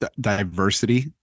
Diversity